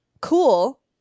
cool